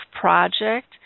project